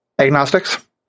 agnostics